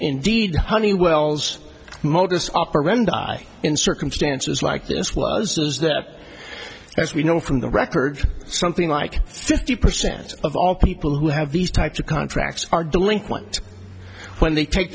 indeed honeywell's modus operandi in circumstances like this was that as we know from the record something like fifty percent of all people who have these types of contracts are delinquent when they take